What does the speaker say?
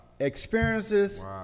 Experiences